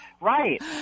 Right